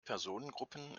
personengruppen